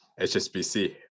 HSBC